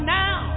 now